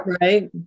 Right